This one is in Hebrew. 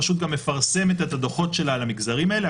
הרשות גם מפרסמת את הדוחות שלה על המגזרים האלה,